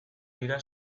dira